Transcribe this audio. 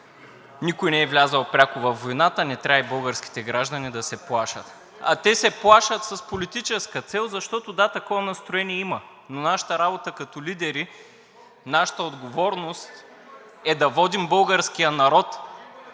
Никой не е влязъл пряко във войната, не трябва и българските граждани да се плашат. А те се плашат с политическа цел. Защото – да, такова настроение има. Но нашата работа като лидери, нашата отговорност е да водим българския народ,